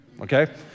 Okay